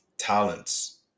Talents